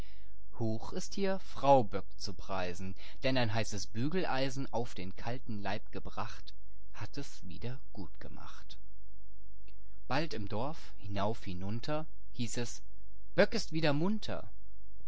hoch ist hier frau böck zu preisen denn ein heißes bügeleisen auf den kalten leib gebracht hat es wieder gut gemacht illustration mit dem bügeleisen bald im dorf hinauf hinunter hieß es böck ist wieder munter